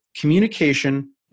communication